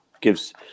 gives